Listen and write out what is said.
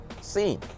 seen